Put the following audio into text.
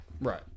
Right